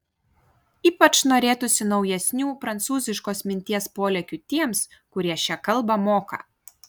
ypač norėtųsi naujesnių prancūziškos minties polėkių tiems kurie šią kalbą moka